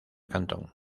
cantón